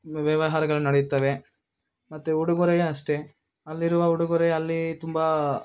ವ್ಯ ವ್ಯವಹಾರಗಳು ನಡೆಯುತ್ತವೆ ಮತ್ತು ಉಡುಗೊರೆಯ ಅಷ್ಟೇ ಅಲ್ಲಿರುವ ಉಡುಗೊರೆ ಅಲ್ಲಿ ತುಂಬ